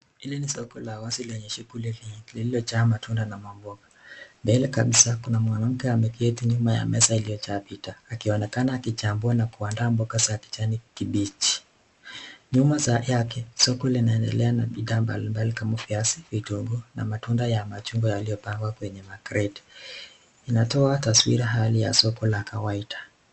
Hili ni soko la wazi lenye shughuli mingi, lilojaa matunda na mamboga. Mbele kabisaa kuna mwanamke ameketi nyuma ya meza iliyojaa bidhaa, akionekana akichambua na kuandaa mboga za kijani kibichi, nyuma yake soko linaendelea na bidhaa mbali mbali kama viazi vitunguu na matunda ya machungwa yaliyopangwa kwenye makreti, inatoa taswira ya hali ya soko la kawaida.